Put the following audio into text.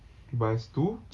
bus to